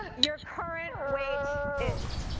ah your current weight is.